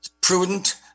prudent